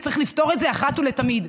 וצריך לפתור את זה אחת ולתמיד,